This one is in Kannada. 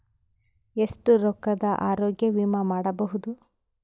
ಎಷ್ಟ ರೊಕ್ಕದ ಆರೋಗ್ಯ ವಿಮಾ ಮಾಡಬಹುದು?